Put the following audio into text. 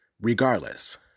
regardless